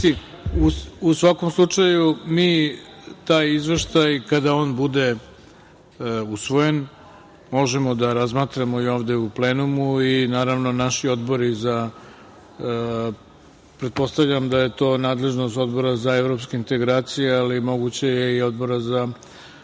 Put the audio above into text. svakom slučaju, mi taj izveštaj kada on bude usvojen možemo da razmatramo ovde u plenumu i naravno naši odbori, pretpostavljam da je to nadležnost Odbora za evropske integracije, ali moguće je i Odbora za